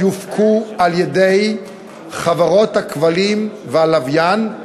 יופקו‏ על-ידי‏ חברות‏ הכבלים ‏והלוויין,